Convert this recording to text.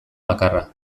bakarra